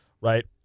right